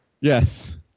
Yes